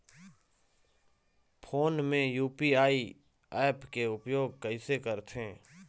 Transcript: Phone मे UPI app के उपयोग कइसे करथे?